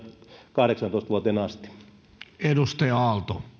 kahdeksaantoista vuoteen asti